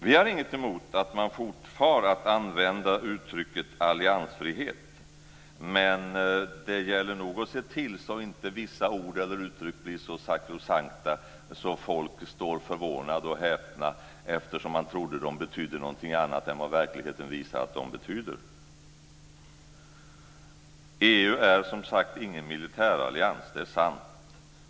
Vi har inget emot att man fortfar att använda uttrycket alliansfrihet. Men det gäller nog att se till att inte vissa ord eller uttryck blir så sakrosankta att människor blir förvånade och häpna eftersom de trodde att orden betydde någonting annat än vad verkligheten visar att de betyder. EU är, som sagt, ingen militärallians. Det är sant.